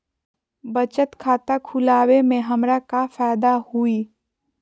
बचत खाता खुला वे में हमरा का फायदा हुई?